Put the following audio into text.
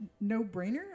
no-brainer